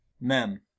Mem